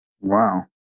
Wow